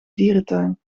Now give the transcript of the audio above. dierentuin